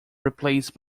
replaced